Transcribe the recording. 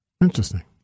Interesting